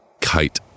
kite